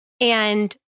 And-